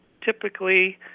typically